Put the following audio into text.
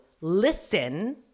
listen